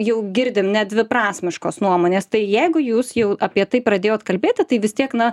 jau girdim nedviprasmiškos nuomonės tai jeigu jūs jau apie tai pradėjot kalbėti tai vis tiek na